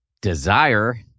desire